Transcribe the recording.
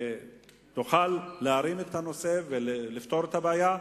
תוכל להרים את הנושא ולפתור את הבעיה.